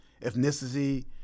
ethnicity